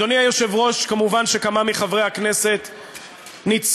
אדוני היושב-ראש, מובן שכמה מחברי הכנסת ניצלו,